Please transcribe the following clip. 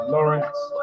Lawrence